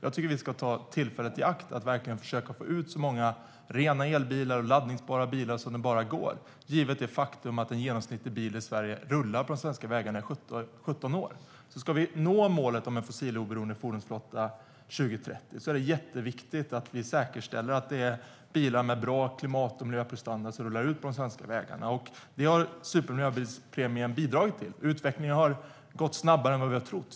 Jag tycker att vi ska ta tillfället i akt och verkligen försöka få ut så många rena elbilar och laddningsbara bilar det bara går, givet det faktum att en genomsnittlig bil i Sverige rullar på de svenska vägarna i 17 år. Ska vi nå målet om en fossiloberoende fordonsflotta 2030 är det jätteviktigt att vi säkerställer att det är bilar med bra klimat och miljöprestanda som rullar ut på de svenska vägarna. Det har supermiljöbilspremien bidragit till; utvecklingen har gått snabbare än vi trodde.